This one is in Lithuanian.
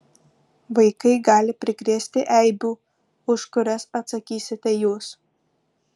vaikai gali prikrėsti eibių už kurias atsakysite jūs